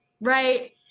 right